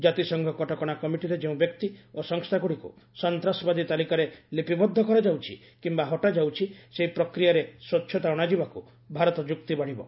ଜାତିସଂଘ କଟକଣା କମିଟିରେ ଯେଉଁ ବ୍ୟକ୍ତି ଓ ସଂସ୍ଥାଗୁଡ଼ିକୁ ସନ୍ତାସବାଦୀ ତାଲିକାରେ ଲିପିବଦ୍ଧ କରାଯାଉଛି କିମ୍ବା ହଟାଯାଉଛି ସେହି ପ୍ରକ୍ରିୟାରେ ସ୍ୱଚ୍ଛତା ଅଣାଯିବାକୁ ଭାରତ ଯୁକ୍ତି ବାଢ଼ିବ